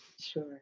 Sure